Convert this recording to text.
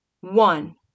One